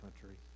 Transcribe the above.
country